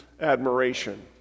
admiration